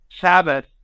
Sabbath